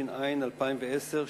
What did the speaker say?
התש"ע 2010,